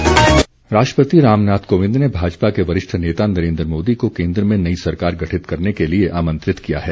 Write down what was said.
प्रधानमंत्री राष्ट्रपति रामनाथ कोविंद ने भाजपा के वरिष्ठ नेता नरेन्द्र मोदी को केन्द्र में नई सरकार गठित करने के लिए आमंत्रित किया है